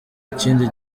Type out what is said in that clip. ikindi